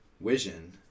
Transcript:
vision